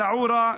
א-נאעורה,